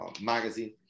magazine